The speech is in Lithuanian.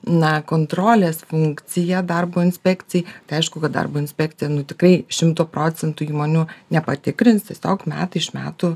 na kontrolės funkcija darbo inspekcijai tai aišku kad darbo inspekcija nu tikrai šimto procentų įmonių nepatikrins tiesiog metai iš metų